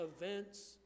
events